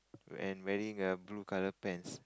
and wearing a blue color pants